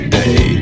day